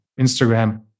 Instagram